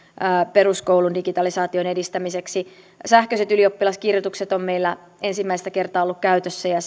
peruskoulun digitalisaation edistämiseksi sähköiset ylioppilaskirjoitukset ovat meillä ensimmäistä kertaa olleet käytössä ja